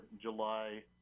July